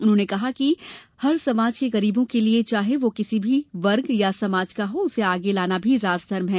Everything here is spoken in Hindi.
उन्होंने कहा कि हर समाज के गरीबों के लिए चाहे वह किसी भी वर्ग या समाज का हो उसे आगे लाना भी राजधर्म है